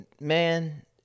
man